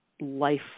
life